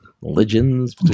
religions